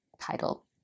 title